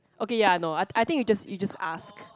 okay ya no I I think you just you just ask